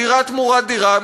דירה תמורת דירה,